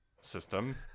system